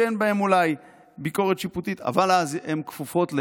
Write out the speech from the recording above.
שאין בהן ביקורת שיפוטית אבל אז הן כפופות,